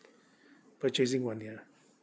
purchasing one ya